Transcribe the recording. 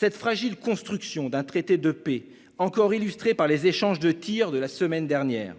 2022. Cette construction d'un traité de paix, encore fragile, comme l'illustrent les échanges de tirs la semaine dernière,